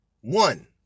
one